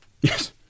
Yes